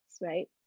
right